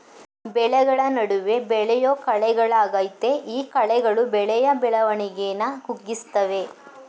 ಬೆಳೆಗಳ ನಡುವೆ ಬೆಳೆಯೋ ಕಳೆಗಳಾಗಯ್ತೆ ಈ ಕಳೆಗಳು ಬೆಳೆಯ ಬೆಳವಣಿಗೆನ ಕುಗ್ಗಿಸ್ತವೆ